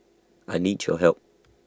I need your help